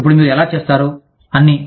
ఇప్పుడు మీరు ఎలా చేస్తారు అన్నీ